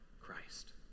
Christ